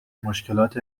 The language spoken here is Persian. مشکلات